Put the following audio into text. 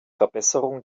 verbesserung